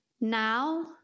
now